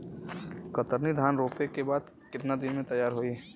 कतरनी धान रोपे के बाद कितना दिन में तैयार होई?